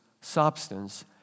substance